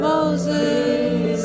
Moses